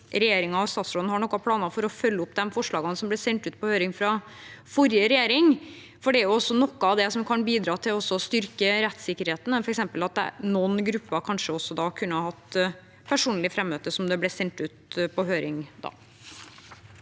regjeringen og statsråden har noen plan for å følge opp de forslagene som ble sendt ut på høring fra forrige regjering. Det er også noe av det som kan bidra til å styrke rettssikkerheten, f.eks. at noen grupper kanskje kunne hatt personlig frammøte, slik det ble sendt ut forslag